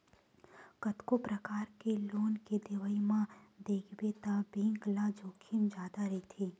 कतको परकार के लोन के देवई म देखबे त बेंक ल जोखिम जादा रहिथे